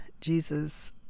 Jesus